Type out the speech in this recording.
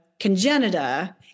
congenita